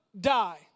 die